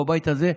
בבית הזה,